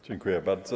Dziękuję bardzo.